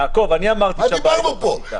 מה דיברנו פה?